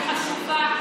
היא חשובה,